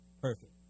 perfect